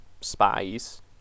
spies